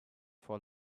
for